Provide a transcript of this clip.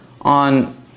on